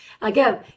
again